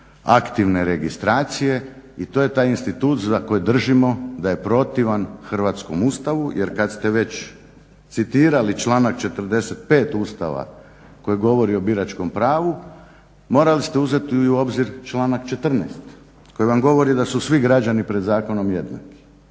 aktivne registracije, i to je taj institut za koji držimo da protivan Hrvatskom Ustavu. Jer kad ste već citirali članak 45. Ustava koji govori o biračkom pravu, morali ste uzeti i u obzir članak 14. koji vam govori: "Da su svi građani pred zakonom jednaki."